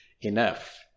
enough